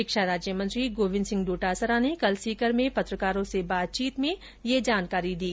शिक्षा राज्यमंत्री गोविन्द सिंह डोटासरा ने कल सीकर में पत्रकारों से बातचीत करते हुए यह जानकारी दी